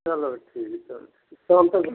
चलो ठीक है फ़ोनपे कर दूँगा